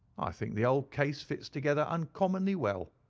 i think the whole case fits together uncommonly well.